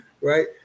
right